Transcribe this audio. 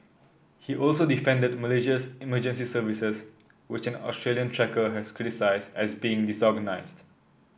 he also defended Malaysia's emergency services which an Australian trekker had criticised as being disorganised